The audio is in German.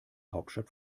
hauptstadt